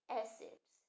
acids